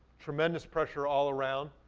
tremendous pressure all around.